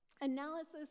Analysis